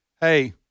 Hey